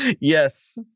Yes